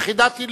יחידת עילית.